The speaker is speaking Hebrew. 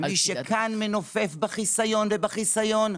ומי שכאן מנופף בחיסיון ובחיסיון,